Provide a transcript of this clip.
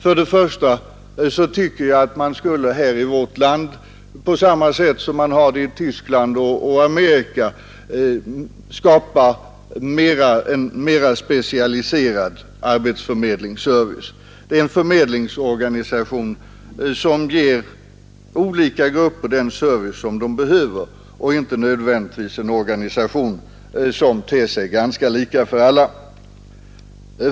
För det första tycker jag att man här i vårt land på samma sätt som i Tyskland och Amerika skulle skapa en mera specialiserad arbetsförmedlingsservice, en förmedlingsorganisation som ger olika grupper den service som de behöver och inte nödvändigtvis en organisation som ter sig ganska lika för alla.